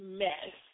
mess